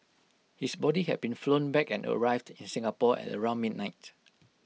his body had been flown back and arrived in Singapore at around midnight